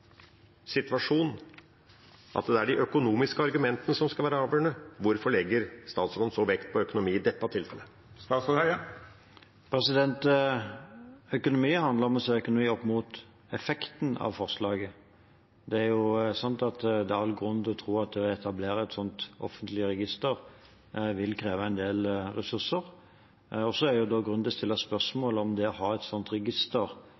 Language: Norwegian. at det er de økonomiske argumentene som skal være avgjørende. Hvorfor legger statsråden så mye vekt på økonomien i dette tilfellet? Økonomi handler om å se økonomi opp mot effekten av forslaget. Det er all grunn til å tro at det å etablere et slikt offentlig register vil kreve en del ressurser. Det er grunn til å stille spørsmål om det å ha et slikt register